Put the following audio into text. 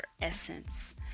essence